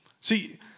See